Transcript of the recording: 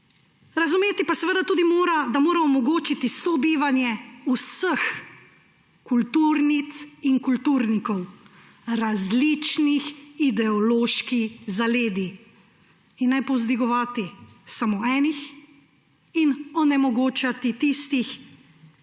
Razumeti pa tudi mora, da mora omogočiti sobivanje vseh kulturnic in kulturnikov različnih ideoloških zaledij in ne povzdigovati samo enih in onemogočati tistih,